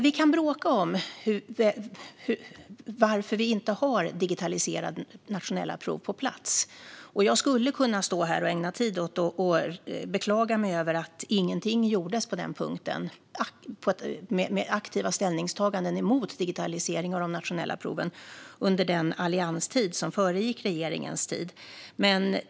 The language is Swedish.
Vi kan bråka om varför vi inte har digitaliserade nationella prov på plats, och jag skulle kunna stå här och ägna tid åt att beklaga mig över att ingenting, däremot aktiva ställningstaganden emot digitalisering av de nationella proven, gjordes på den punkten under den allianstid som föregick regeringens tid.